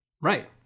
Right